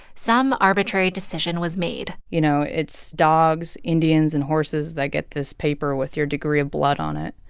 some arbitrary decision was made you know, it's dogs, indians and horses that get this paper with your degree of blood on it.